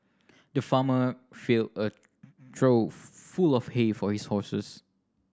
the farmer filled a trough full of hay for his horses